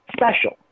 special